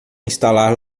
instalar